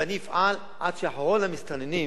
ואני אפעל עד שאחרון המסתננים